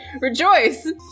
rejoice